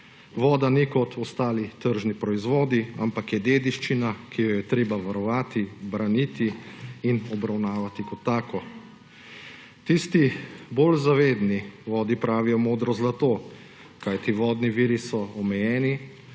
»voda ni kot ostali tržni proizvodi, ampak je dediščina, ki jo je treba varovati, braniti in obravnavati kot tako«. Tisti bolj zavedni vodi pravijo modro zlato, kajti vodni viri so omejeni,